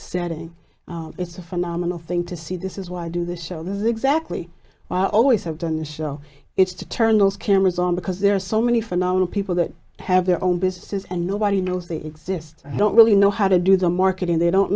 standing it's a phenomenal thing to see this is why i do this show this is exactly why i always have done the show it's to turn those cameras on because there are so many phenomenal people that have their own businesses and nobody knows they exist i don't really know how to do the marketing they don't